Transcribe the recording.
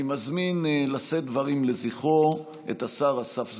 אני מזמין לשאת דברים לזכרו את השר אסף זמיר,